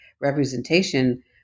representation